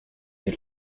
der